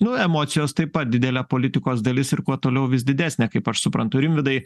nu emocijos taip pat didelė politikos dalis ir kuo toliau vis didesnė kaip aš suprantu rimvydai